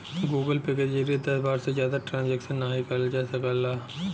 Google Pay के जरिए दस बार से जादा ट्रांजैक्शन नाहीं करल जा सकला